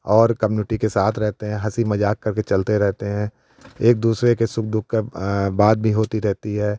और कम्यूनिटी के साथ रहते हैं हंसी मजाक करके चलते रहते हैं एक दूसरे के सुख दुख का बात भी होती रहती है